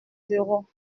bureau